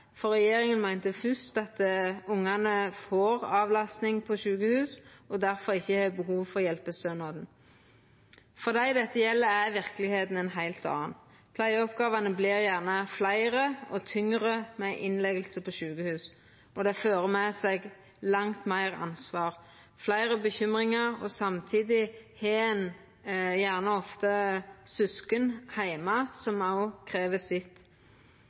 Regjeringa meinte fyrst at ungane får avlasting på sjukehus, og at det difor ikkje er behov for hjelpestønaden. For dei dette gjeld, er verkelegheita ei heilt anna. Pleieoppgåvene vert gjerne fleire og tyngre med innlegging på sjukehus, og det fører med seg langt meir ansvar og fleire bekymringar. Samtidig er det ofte søsken heime som òg krev sitt.